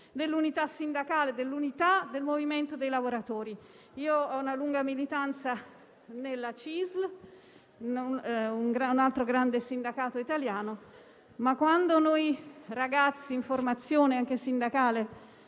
dell'unità sindacale, dell'unità del movimento dei lavoratori. Ho una lunga militanza nella CISL, un altro grande sindacato italiano, ma quando noi ragazzi in formazione sindacale